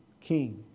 king